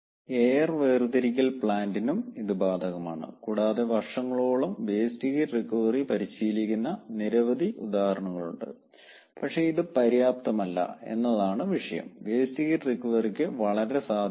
air വേർതിരിക്കൽ പ്ലാന്റിനും ഇത് ബാധകമാണ് കൂടാതെ വർഷങ്ങളോളം വേസ്റ്റ് ഹീറ്റ് റിക്കവറി പരിശീലിക്കുന്ന നിരവധി ഉദാഹരണങ്ങളുണ്ട് പക്ഷേ ഇത് പര്യാപ്തമല്ല എന്നതാണ് വിഷയംവേസ്റ്റ് ഹീറ്റ് റിക്കവറിക്ക് വളരെ സാധ്യത ഉണ്ട്